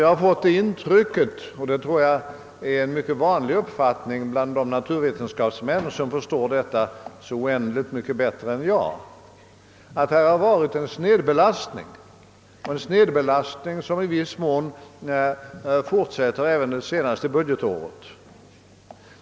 Jag har fått det intrycket, och det tror jag är en mycket vanlig uppfattning bland de naturvetenskapsmän som förstår detta så oändligt mycket bättre än jag, att det har funnits en snedbelastning därvidlag som i viss mån har fortsatt även under det senaste budgetåret.